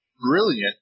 brilliant